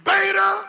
Beta